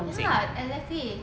ya lah exactly